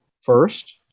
first